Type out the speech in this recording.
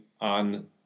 on